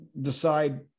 decide